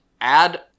add